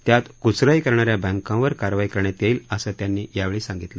त्यात कुचराई करणाऱ्या बँकांवर कारवाई करण्यात येईल असं त्यांनी यावेळी सांगितलं